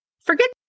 Forget